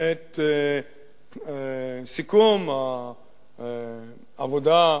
את סיכום העבודה,